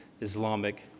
Islamic